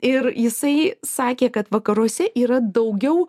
ir jisai sakė kad vakaruose yra daugiau